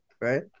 Right